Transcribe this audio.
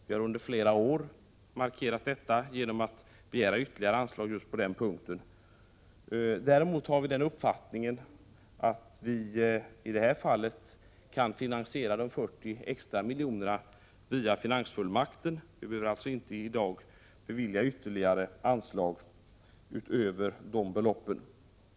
Vi har under flera år markerat detta genom att begära ytterligare anslag just på den punkten. Däremot har vi den uppfattningen att i det här fallet kan de 40 extra miljonerna finansieras via finansfullmakten. — Prot. 1987/88:45 Riksdagen behöver alltså i dag inte bevilja ytterligare anslag utöver de 15 december 1987 beloppen.